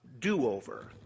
do-over